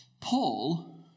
Paul